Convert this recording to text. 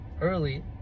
early